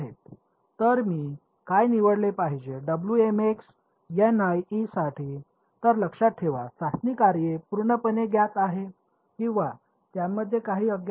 तर मी काय निवडले पाहिजे साठी तर लक्षात ठेवा चाचणी कार्य पूर्णपणे ज्ञात आहे किंवा त्यामध्ये काही अज्ञात आहेत